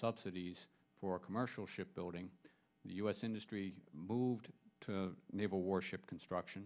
subsidies for commercial ship building the u s industry moved to naval warship construction